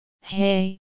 hey